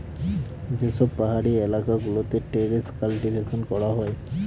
যে সব পাহাড়ি এলাকা গুলোতে টেরেস কাল্টিভেশন করা হয়